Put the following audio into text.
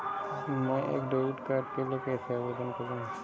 मैं नए debit card के लिए कैसे आवेदन करूं?